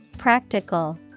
Practical